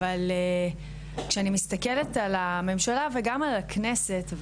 אבל כשאני מסתכלת על הממשלה וגם על הכנסת,